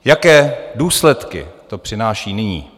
Jaké důsledky to přináší nyní?